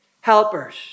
helpers